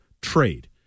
trade